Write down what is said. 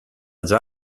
già